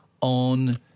on